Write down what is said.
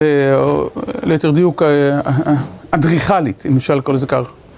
או ליתר דיוק, אדריכלית, אם אפשר לקרוא לזה כך.